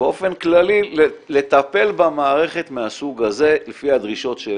באופן כללי לטפל במערכת מהסוג הזה לפי הדרישות של